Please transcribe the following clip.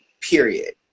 Period